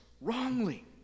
wrongly